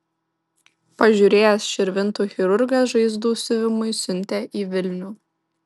pažiūrėjęs širvintų chirurgas žaizdų siuvimui siuntė į vilnių